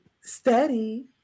Steady